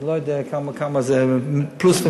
אז אני לא יודע כמה זה פלוס ומינוס,